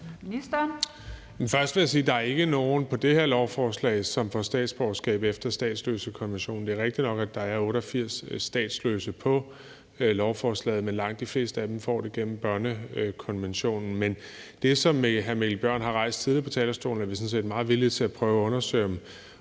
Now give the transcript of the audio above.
Først vil jeg sige, at der ikke er nogen på det her lovforslag, som får statsborgerskab efter statsløsekonventionen. Det er rigtigt nok, at der er 88 statsløse på lovforslaget, men langt de fleste af dem får det gennem børnekonventionen. Det, som hr. Mikkel Bjørn har rejst tidligere på talerstolen, er vi sådan set meget villige til at prøve at undersøge,